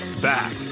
Back